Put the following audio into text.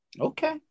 Okay